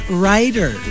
writer